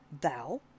thou